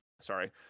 sorry